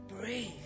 Breathe